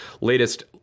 latest